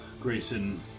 Grayson